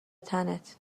تنت